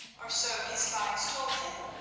or so his spies told him,